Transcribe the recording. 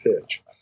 pitch